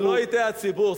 שלא יטעה הציבור,